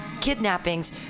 kidnappings